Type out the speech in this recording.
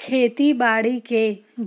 खेती बाड़ी के